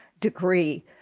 degree